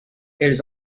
elles